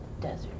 desert